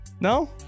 No